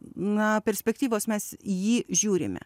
na perspektyvos mes į jį žiūrime